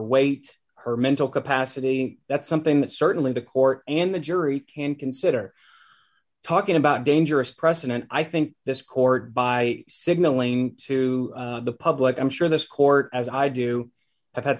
weight her mental capacity that's something that certainly the court and the jury can consider talking about dangerous precedent i think this court by signaling to the public i'm sure this court as i do i've had